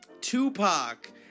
Tupac